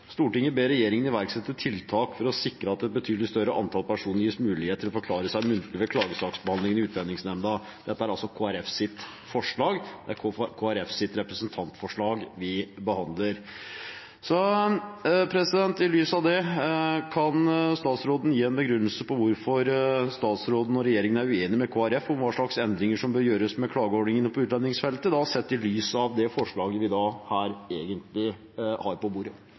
Stortinget ber regjeringen iverksette tiltak for å sikre at et betydelig større antall personer gis mulighet til å forklare seg muntlig ved klagesaksbehandling i Utlendingsnemnda.» Dette er altså Kristelig Folkepartis representantforslag som vi behandler. Sett i lys av det forslaget vi her egentlig har på bordet, kan statsråden gi en begrunnelse for hvorfor statsråden og regjeringen er uenige med Kristelig Folkeparti om hva slags endringer som bør gjøres med klageordningene på utlendingsfeltet? Jeg redegjorde i mitt innlegg for noen av de vurderingene vi